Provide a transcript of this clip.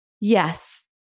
yes